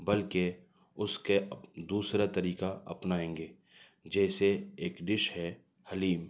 بلکہ اس کے دوسرا طریقہ اپنائیں گے جیسے ایک ڈش ہے حلیم